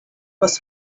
was